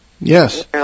Yes